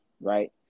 right